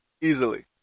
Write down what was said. Easily